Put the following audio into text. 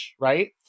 right